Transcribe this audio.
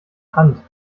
hand